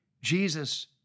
Jesus